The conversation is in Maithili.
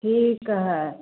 ठीक है